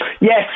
Yes